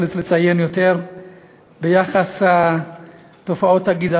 הצעות לסדר-היום, הצעות לסדר-היום מס' 2946,